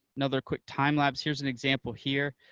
another quick time lapse. here's an example here.